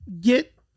get